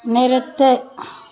நிறுத்து